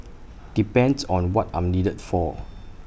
depends on what I'm needed for